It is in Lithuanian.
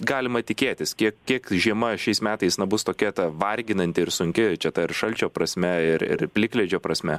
galima tikėtis kiek kiek žiema šiais metais nebus tokia ta varginanti ir sunki čia ta ir šalčio prasme ir ir plikledžio prasme